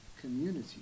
community